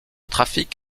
trafic